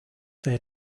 their